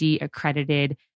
accredited